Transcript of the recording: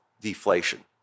deflation